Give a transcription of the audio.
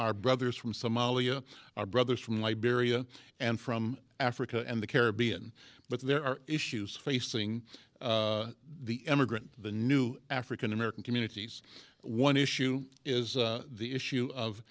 our brothers from somalia our brothers from liberia and from africa and the caribbean but there are issues facing the emigrant the new african american communities one issue is the issue of